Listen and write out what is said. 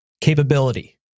capability